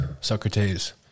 Socrates